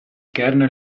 kernel